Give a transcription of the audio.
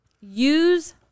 Use